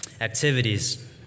activities